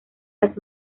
las